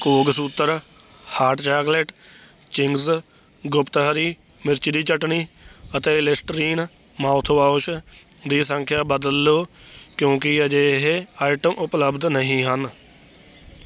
ਕੋਗਸੂਤਰ hot chocolate Ching's ਗੁਪਤ ਹਰੀ ਮਿਰਚ ਦੀ ਚਟਣੀ ਅਤੇ ਲਿਸਟਰੀਨ ਮਾਉਥਵੋਸ਼ ਦੀ ਸੰਖਿਆ ਬਦਲ ਲਉ ਕਿਉਂਕਿ ਅਜੇ ਇਹ ਆਈਟਮ ਉਪਲਬਧ ਨਹੀਂ ਹਨ